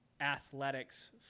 athletics